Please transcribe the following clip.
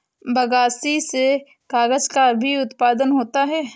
बगासी से कागज़ का भी उत्पादन होता है